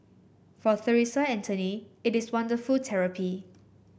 for Theresa it is wonderful therapy